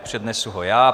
Ne, přednesu ho já: